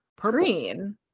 green